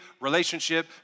relationship